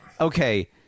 okay